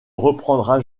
reprendra